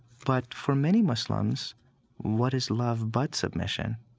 but for many muslims what is love but submission.